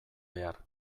behar